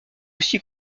aussi